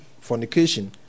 fornication